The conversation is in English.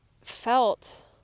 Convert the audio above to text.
felt